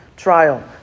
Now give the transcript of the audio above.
Trial